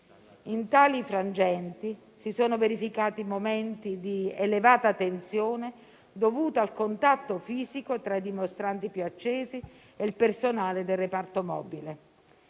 In tali frangenti, si sono verificati momenti di elevata tensione, dovuta al contatto fisico tra i dimostranti più accesi e il personale del reparto mobile.